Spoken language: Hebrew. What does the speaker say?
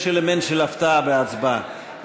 יש אלמנט של הפתעה בהצבעה.